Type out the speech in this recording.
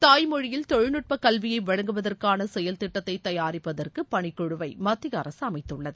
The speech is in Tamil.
தாய்மொழியில் தொழில்நுட்பக் கல்வியை வழங்குவதற்கான செயல் திட்டத்தை தயாரிப்பதற்கு பணிக்குழுவை மத்திய அரசு அமைத்துள்ளது